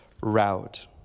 route